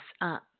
up